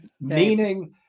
meaning